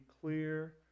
clear